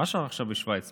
מה השעה עכשיו בשווייץ?